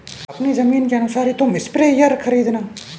अपनी जमीन के अनुसार ही तुम स्प्रेयर खरीदना